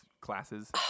classes